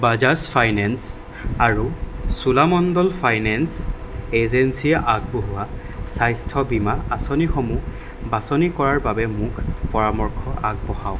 Bajaj finance আৰু Cholamandalam finance এজেঞ্চিয়ে আগবঢ়োৱা স্বাস্থ্য বীমা আঁচনিসমূহ বাচনি কৰাৰ বাবে মোক পৰামৰ্শ আগবঢ়াওক